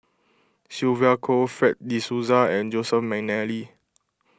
Sylvia Kho Fred De Souza and Joseph McNally